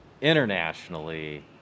internationally